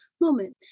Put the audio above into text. moment